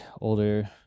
older